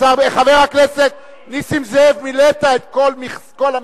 חבר הכנסת נסים זאב, מילאת את כל המכסה,